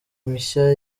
mishya